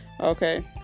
Okay